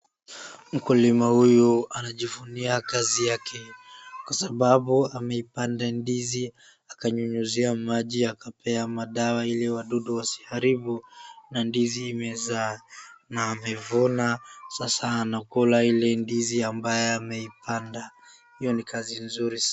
Mkulima huyu anajivunia kazi yake , kwa sababu ameipanda ndizi akainyunyizia maji , akapea madawa ili wadudu wasiharibu ,na ndizi imezaa .Na amevuna ,sasa anakula ile ndizi ambayo ameipanda ,iyo ni kazi mzuri.